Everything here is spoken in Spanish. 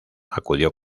acudió